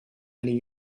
many